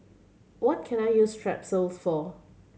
what can I use Strepsils for